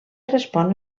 respon